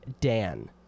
Dan